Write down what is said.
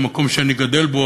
במקום שאני גדל בו,